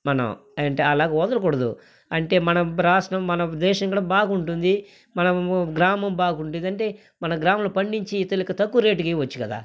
మనం అంటే అలాగా వదలకూడదు అంటే మనం రాష్ట్రం మన దేశం కూడా బాగుంటుంది మనము గ్రామం బాగుంటుంది అంటే మన గ్రామంలో పండించి ఇతరలకి తక్కువ రేటుకి ఇవ్వచ్చు కదా